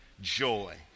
joy